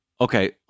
Okay